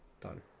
Done